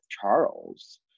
Charles